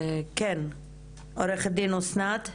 עו"ד אסנת בבקשה.